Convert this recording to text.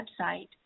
website